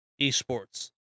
esports